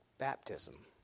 Baptism